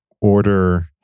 order